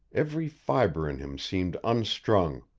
every fiber in him seemed unstrung.